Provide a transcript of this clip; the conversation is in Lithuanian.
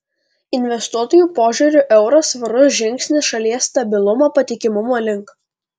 investuotojų požiūriu euras svarus žingsnis šalies stabilumo patikimumo link